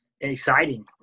exciting